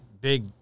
big